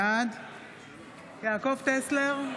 בעד יעקב טסלר,